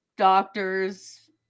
doctors